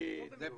בדיוק.